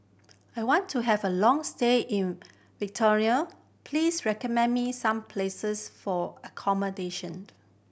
I want to have a long stay in please recommend me some places for accommodation